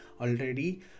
already